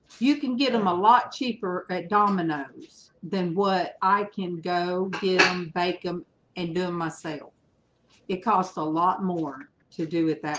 you can get them a lot cheaper at domino's than what i can go getting baked them and do myself it costs a lot more to do with